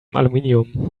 aluminium